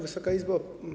Wysoka Izbo!